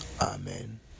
Amen